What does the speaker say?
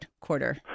quarter